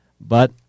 But